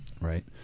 right